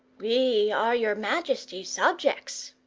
we are your majesty's subjects.